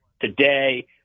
today